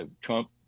Trump